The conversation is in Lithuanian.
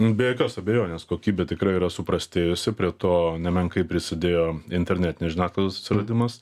be jokios abejonės kokybė tikrai yra suprastėjusi prie to nemenkai prisidėjo internetinės žiniasklaidos atsiradimas